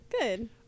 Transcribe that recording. Good